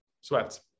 Sweats